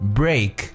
break